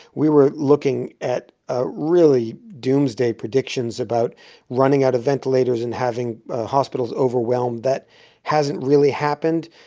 we were looking at ah really doomsday predictions about running out of ventilators and having hospitals overwhelmed. that hasn't really happened.